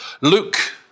Luke